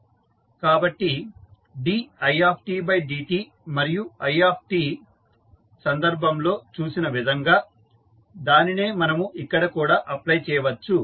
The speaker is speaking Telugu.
కాబట్టి didt మరియు i సందర్భంలో చూసిన విధంగా దానినే మనము ఇక్కడ కూడా అప్ప్లై చేయవచ్చు